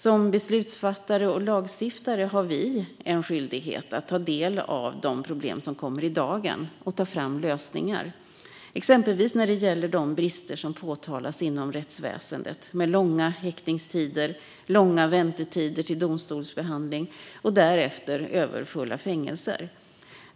Som beslutsfattare och lagstiftare har vi en skyldighet att ta del av de problem som kommer i dagen och ta fram lösningar, exempelvis när det gäller de brister som påtalas inom rättsväsendet med långa häktningstider, långa väntetider till domstolsbehandling och därefter överfulla fängelser.